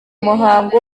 muhango